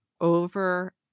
over